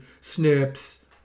Snips